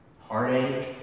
heartache